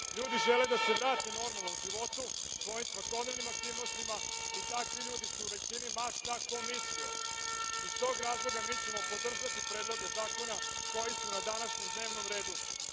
Ljudi žele da se vrate normalnom životu, svojim svakodnevnim aktivnostima i takvi ljudi su u većini, ma šta ko mislio. Iz tog razloga, mi ćemo podržati predloge zakona koji su na današnjem dnevnom redu. Savez